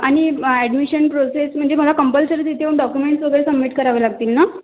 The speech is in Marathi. आणि ॲडमिशन प्रोसेस म्हणजे मला कंपल्सरी तिथे येऊन डॉक्युमेंटस वगैरे सबमिट करावे लागतील ना